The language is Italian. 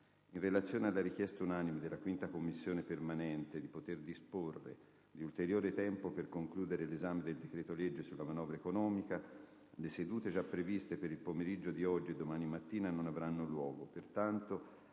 In relazione alla richiesta unanime della 5a Commissione permanente di poter disporre di ulteriore tempo per concludere l'esame del decreto-legge sulla manovra economica, le sedute già previste per il pomeriggio di oggi e domani mattina non avranno luogo.